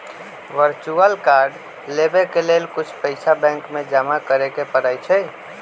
virtual card लेबेय के लेल कुछ पइसा बैंक में जमा करेके परै छै